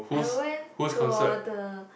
I went to the